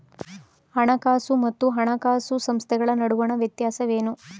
ಹಣಕಾಸು ಮತ್ತು ಹಣಕಾಸು ಸಂಸ್ಥೆಗಳ ನಡುವಿನ ವ್ಯತ್ಯಾಸವೇನು?